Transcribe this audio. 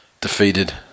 Defeated